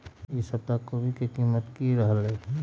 ई सप्ताह कोवी के कीमत की रहलै?